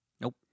Nope